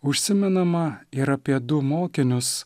užsimenama ir apie du mokinius